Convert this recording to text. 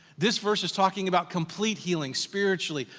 this verse is talking about complete healing, spiritually,